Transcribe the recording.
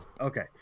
okay